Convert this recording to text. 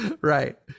Right